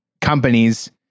companies